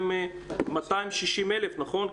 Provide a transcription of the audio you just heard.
260,000, נכון?